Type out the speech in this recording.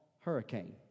hurricane